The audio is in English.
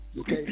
Okay